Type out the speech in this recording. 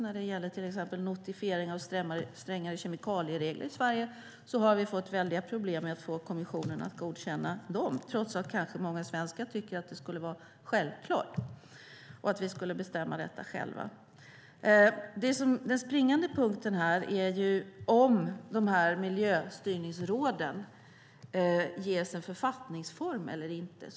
När det gäller till exempel notifiering av strängare kemikalieregler i Sverige har vi fått väldiga problem med att få kommissionen att godkänna dem, trots att många svenskar kanske tycker att det skulle vara självklart och att vi borde få bestämma detta själva. Den springande punkten här är om miljöstyrningsråden ges författningsform eller inte.